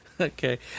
Okay